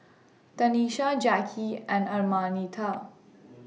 Tanisha Jackie and Araminta